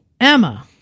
Emma